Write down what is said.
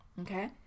Okay